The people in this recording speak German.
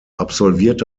absolvierte